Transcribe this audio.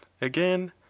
Again